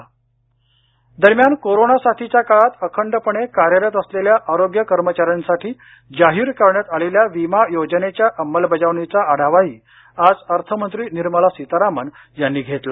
corona विमा दरम्यान corona साथीच्या काळात अखंडपणे कार्यरत असलेल्या आरोग्य कर्मचाऱ्यांसाठी जाहीर करण्यात आलेल्या विमा योजनेच्या अंमलबजावणीचा आढावाही आज अर्थमंत्री निर्मला सीतारामन यांनी घेतला